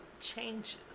changes